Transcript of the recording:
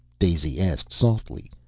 daisy asked softly.